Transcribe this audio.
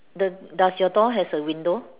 the does your door has a window